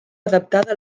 adaptada